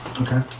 okay